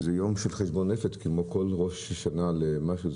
שהוא יום של חשבון נפש כמו כל ראש שנה למשהו,